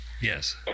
yes